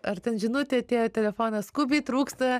ar ten žinutė atėjo į telefoną skubiai trūksta